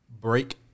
break